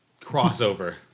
crossover